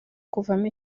kuvamo